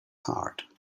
heart